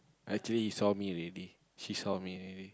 actually he saw me already he saw me already